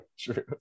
true